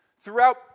Throughout